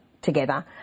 together